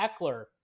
Eckler